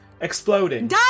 Exploding